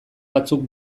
batzuk